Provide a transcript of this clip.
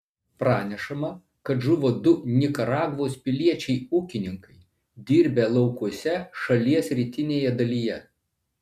pranešama kad žuvo du nikaragvos piliečiai ūkininkai dirbę laukuose šalies rytinėje dalyje